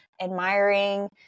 admiring